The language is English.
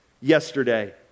yesterday